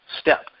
step